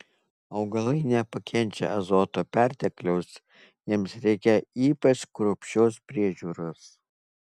augalai nepakenčia azoto pertekliaus jiems reikia ypač kruopščios priežiūros